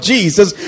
Jesus